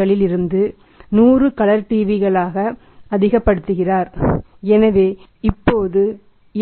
களிலிருந்து 100 கலர் டிவியாக தனது சிறந்த விநியோகஸ்தர் சிறந்தவர் எனவே இப்போது